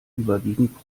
überwiegend